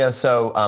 yeah so,